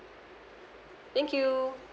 thank you